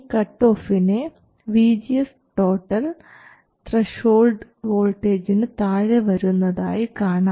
And what is V GS total VGS VGS0 vi ≥ VT or vi ≥ ഇനി കട്ടോഫിനെ VGS threshold വോൾട്ടേജിനു താഴെ വരുന്നതായി കരുതാം